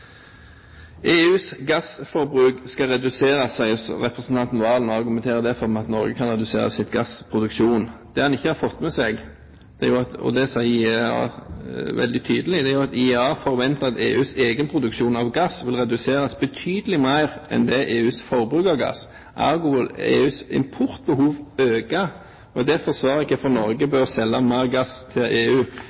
EUs gassforbruk skal reduseres, sier representanten Serigstad Valen, og argumenterer derfor med at Norge kan redusere sin gassproduksjon. Det han ikke har fått med seg – og det sier IEA veldig tydelig – er at IEA forventer at EUs egen produksjon av gass vil reduseres betydelig mer enn EUs forbruk av gass. Ergo: EUs importbehov øker. Derfor sa jeg hvorfor Norge bør selge mer gass til EU.